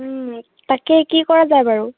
তাকে কি কৰা যায় বাৰু